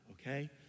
okay